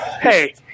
Hey